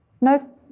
No